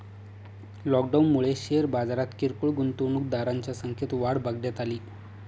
लॉकडाऊनमुळे शेअर बाजारात किरकोळ गुंतवणूकदारांच्या संख्यात वाढ बघण्यात अली